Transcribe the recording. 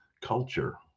culture